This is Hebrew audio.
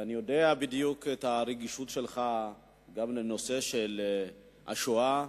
ואני יודע בדיוק את הרגישות שלך גם לנושא של השואה